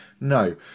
No